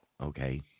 Okay